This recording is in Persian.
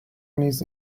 نیز